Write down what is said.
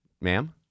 ma'am